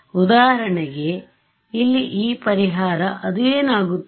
ಉದಾಹರಣೆಗೆ ಇಲ್ಲಿ ಈ ಪರಿಹಾರ ಅದು ಏನಾಗುತ್ತದೆ